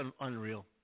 unreal